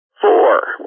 Four